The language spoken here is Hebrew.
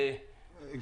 אני מקווה שהוא השתנה.